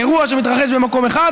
אירוע שמתרחש במקום אחד,